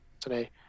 today